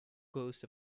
ghost